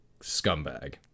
scumbag